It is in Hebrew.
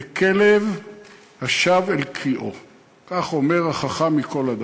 "ככלב שב על קִאו"; כך אומר החכם מכל אדם.